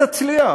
תצליח",